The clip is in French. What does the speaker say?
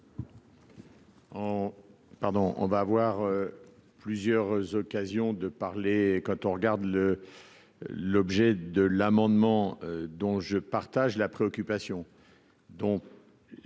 on va avoir plusieurs occasions de parler quand on regarde le l'objet de l'amendement dont je partage la préoccupation